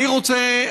אני רוצה,